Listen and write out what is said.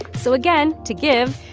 so, again, to give,